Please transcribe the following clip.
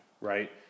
right